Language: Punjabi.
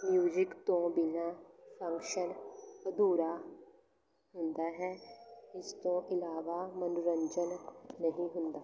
ਮਿਊਜ਼ਿਕ ਤੋਂ ਬਿਨਾਂ ਫੰਕਸ਼ਨ ਅਧੂਰਾ ਹੁੰਦਾ ਹੈ ਇਸ ਤੋਂ ਇਲਾਵਾ ਮਨੋਰੰਜਨ ਨਹੀਂ ਹੁੰਦਾ